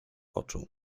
oczu